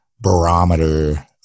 barometer